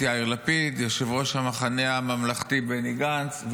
יאיר לפיד ויושב-ראש המחנה הממלכתי בני גנץ,